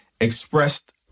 expressed